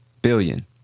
billion